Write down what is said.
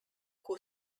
who